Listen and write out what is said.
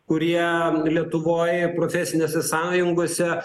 kurie lietuvoj profesinėse sąjungose